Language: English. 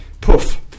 poof